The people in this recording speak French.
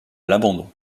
l’abandon